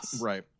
right